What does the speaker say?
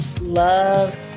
Love